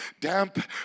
damp